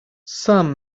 some